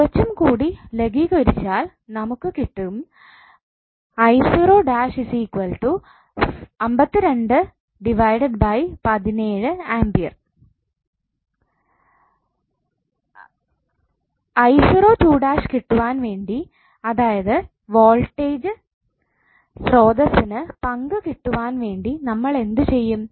കുറച്ചും കൂടി ലഘു കരിച്ചാൽ നമുക്ക് കിട്ടും A കിട്ടുവാൻ വേണ്ടി അതായത് വോൾട്ടേജ് സ്രോതസ്സ്ന് പങ്ക് കിട്ടുവാൻ വേണ്ടി നമ്മൾ എന്തു ചെയ്യും